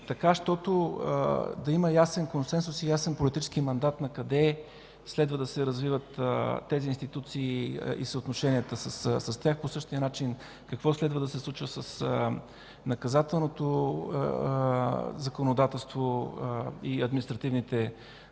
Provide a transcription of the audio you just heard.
така щото да има ясен консенсус и ясен политически мандат накъде следва да се развиват тези институции и съотношенията с тях, по същия начин – какво следва да се случва с наказателното законодателство и административнонаказателната